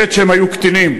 בעת שהם היו קטינים.